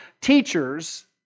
teachers